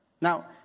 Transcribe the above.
Now